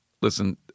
listen